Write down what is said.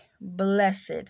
blessed